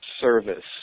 service